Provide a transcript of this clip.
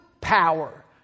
power